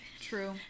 true